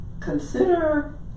consider